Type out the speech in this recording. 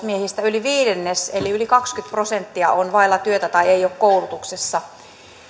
miehistä yli viidennes eli yli kaksikymmentä prosenttia on vailla työtä tai ei ole koulutuksessa